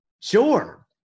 Sure